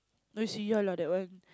you say you love that one